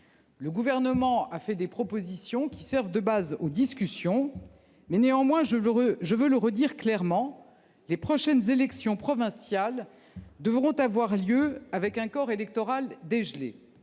Le Gouvernement a émis des propositions qui servent de base aux discussions. Néanmoins, les prochaines élections provinciales devront avoir lieu avec un corps électoral dégelé.